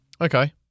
Okay